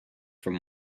from